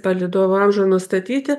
palydovo amžių nustatyti